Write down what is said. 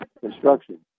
construction